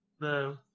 No